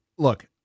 Look